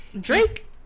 Drake